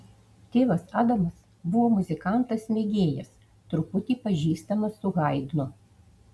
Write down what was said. tėvas adamas buvo muzikantas mėgėjas truputį pažįstamas su haidnu